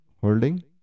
holding